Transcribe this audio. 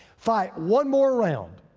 fight one more round.